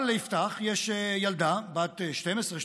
אבל ליפתח יש ילדה בת 13-12